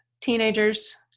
teenagers